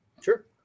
Sure